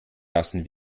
lassen